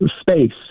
space